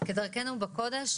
כדרכנו בקודש,